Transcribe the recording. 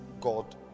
God